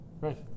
Right